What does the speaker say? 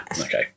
Okay